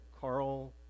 Carl